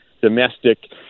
domestic